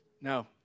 No